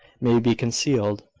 may be concealed,